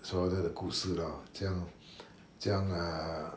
说他的故事 lor 这样 这样 ah